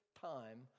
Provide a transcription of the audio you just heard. time